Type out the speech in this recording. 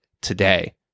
today